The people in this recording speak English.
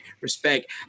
respect